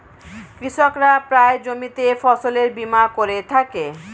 কৃষকরা প্রায়ই জমিতে ফসলের বীমা করে থাকে